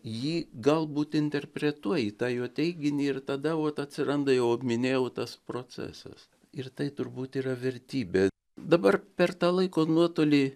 jį galbūt interpretuoji tą jo teiginį ir tada vat atsiranda jau minėjau tas procesas ir tai turbūt yra vertybė dabar per tą laiko nuotolį